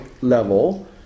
level